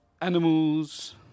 animals